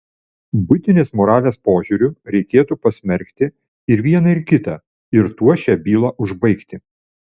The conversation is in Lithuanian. buitinės moralės požiūriu reikėtų pasmerkti ir vieną ir kitą ir tuo šią bylą užbaigti